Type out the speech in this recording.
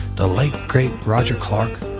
the late great roger clark,